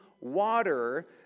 water